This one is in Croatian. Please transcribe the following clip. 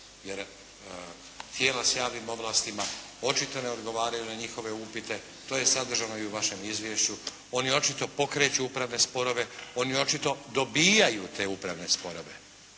jer tijela s javnim ovlastima očito ne odgovaraju na njihove upite. To je sadržano i u vašem izvješću. Oni očito pokreću upravne sporove, oni očito dobijaju te upravne sporove,